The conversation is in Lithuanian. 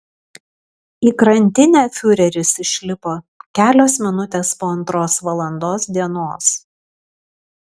į krantinę fiureris išlipo kelios minutės po antros valandos dienos